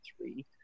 three